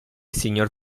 signor